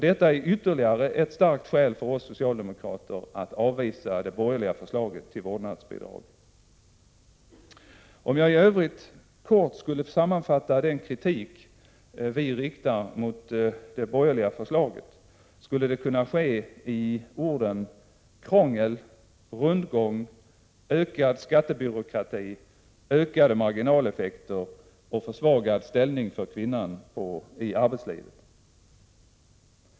Detta är ytterligare ett starkt skäl för oss socialdemokrater att avvisa det borgerliga förslaget till vårdnadsbidrag. Om jag i övrigt kort skulle sammanfatta den kritik vi riktar mot det borgerliga förslaget skulle det kunna ske med orden krångel, rundgång, ökad skattebyråkrati, ökade marginaleffekter och försvagad ställning för kvinnor i arbetslivet.